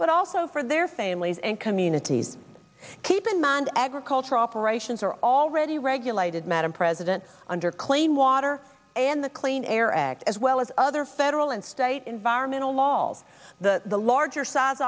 but also for their families and communities keep in mind agriculture operations are already regulated madam president under claim water and the clean air act as well as other federal and state environmental law all the the larger size